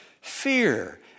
fear